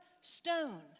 stone